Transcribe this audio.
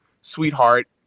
sweetheart